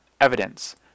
evidence